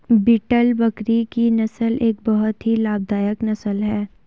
beetle बकरी की नस्ल एक बहुत ही लाभदायक नस्ल है